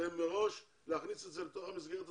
צריך להכניס את זה למסגרת התקציב.